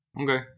Okay